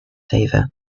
favour